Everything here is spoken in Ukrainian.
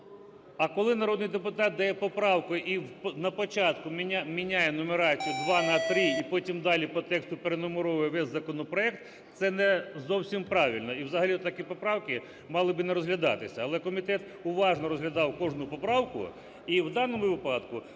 А коли народний депутат дає поправку і на початку міняє нумерацію 2 на 3 і потім далі по тексту перенумеровує весь законопроект, це не зовсім правильно, і взагалі отакі поправки мали би не розглядатися. Але комітет уважно розглядав кожну поправку і в даному випадку,